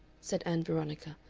said ann veronica,